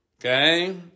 Okay